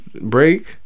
Break